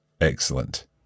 Excellent